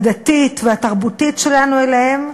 הדתית והתרבותית שלנו אליהם,